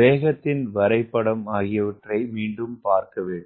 வேகத்தின் வரைபடம் ஆகியவற்றை மீண்டும் பார்க்கவும்